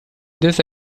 this